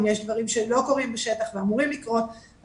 אם יש דברים שלא קורים בשטח ואמורים לקרות,